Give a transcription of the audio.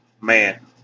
Man